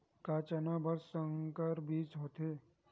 का चना बर संकर बीज होथे?